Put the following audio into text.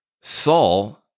Saul